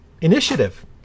initiative